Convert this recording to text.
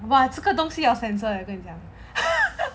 !wah! 这个东西 hor censor 跟你讲